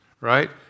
right